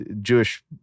Jewish